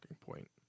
point